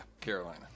Carolina